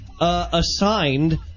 assigned